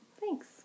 Thanks